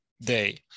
day